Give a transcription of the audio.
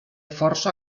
força